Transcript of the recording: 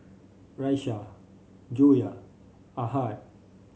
Raisya Joyah Ahad